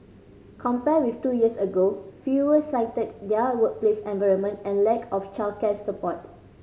compared with two years ago fewer cited their workplace environment and lack of childcare support